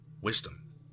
Wisdom